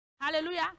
Hallelujah